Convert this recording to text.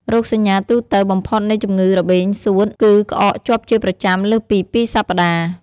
រោគសញ្ញាទូទៅបំផុតនៃជំងឺរបេងសួត គឺក្អកជាប់ជាប្រចាំលើសពី ២ សប្តាហ៍។